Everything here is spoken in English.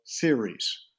theories